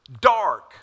dark